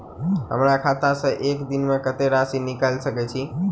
हमरा खाता सऽ एक दिन मे कतेक राशि निकाइल सकै छी